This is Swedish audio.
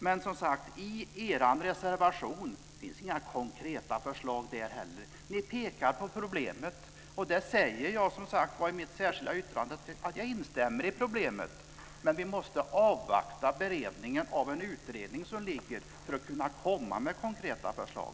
Men som sagt, i er reservation finns inga konkreta förslag heller. Ni pekar på problemet, och där säger jag som sagt var att jag instämmer i problemet, men vi måste avvakta beredningen av en utredning som ligger för att kunna komma med konkreta förslag.